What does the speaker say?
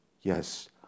Yes